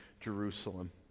Jerusalem